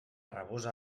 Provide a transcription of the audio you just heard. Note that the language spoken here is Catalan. rabosa